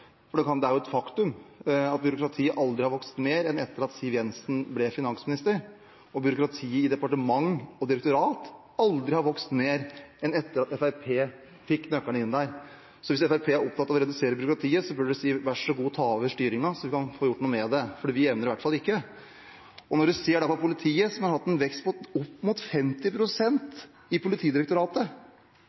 For det er jo et faktum at byråkratiet aldri har vokst mer enn etter at Siv Jensen ble finansminister, og at byråkratiet i departementer og direktorater aldri har vokst mer enn etter at Fremskrittspartiet fikk nøklene inn der. Så hvis Fremskrittspartiet er opptatt av å redusere byråkratiet, så burde de si: Vær så god, ta over styringen så vi kan få gjort noe med det, for vi evner det i hvert fall ikke. Og når en da ser på politiet, som har hatt en vekst på opp mot 50 pst. i Politidirektoratet,